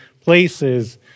places